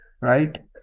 Right